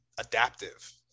adaptive